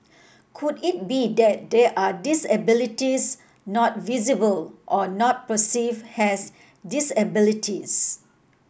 could it be that there are disabilities not visible or not perceive as disabilities